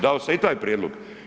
Dao sam i taj prijedlog.